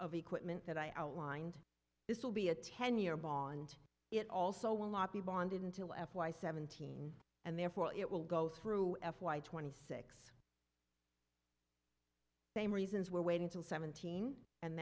of equipment that i outlined this will be a ten year bond it also will not be bonded until f y seventeen and therefore it will go through f y twenty six same reasons we're waiting till seventeen and